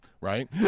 Right